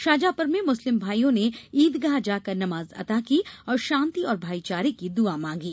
शाजापुर में मुस्लिम भाईयों ने ईदगाह जाकर नमाज अता की और शान्ति और भाईचारे की दुआ मांगी